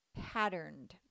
patterned